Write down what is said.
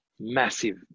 massive